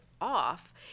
off